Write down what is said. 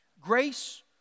Grace